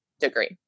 degree